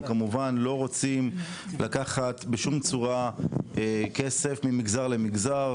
כמובן לא רוצים לקחת בשום צורה כסף ממגזר למגזר,